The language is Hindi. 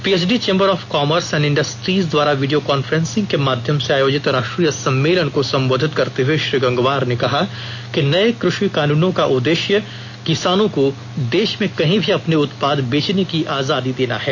PhD chamber of commerce and industries द्वारा वीडियो कांफ्रेंसिंग के माध्यम से आयोजित राष्ट्रीय सम्मेलन को संबोधित करते हुए श्री गंगवार ने कहा कि नए कृषि कानूनों का उद्देश्य किसानों को देश में कहीं भी अपने उत्पाद बेचने की आजादी देना है